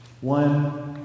One